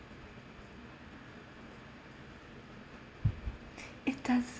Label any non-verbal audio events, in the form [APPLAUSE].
[BREATH] it doesn't